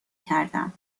کردم